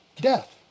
death